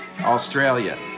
Australia